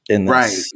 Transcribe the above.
Right